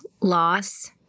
loss